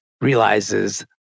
realizes